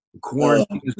quarantine